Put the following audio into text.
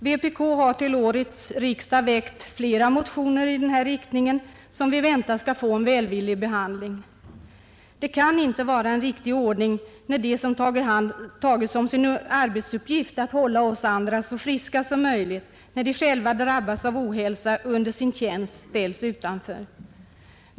Vpk har till årets riksdag i detta syfte väckt flera motioner som vi väntar skall få en välvillig behandling. Det kan inte vara en riktig ordning att de, som tagit till sin uppgift att hålla oss andra så friska som möjligt, ställs utanför när de själva drabbas av ohälsa i sin tjänst.